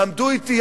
שעמדו אתי,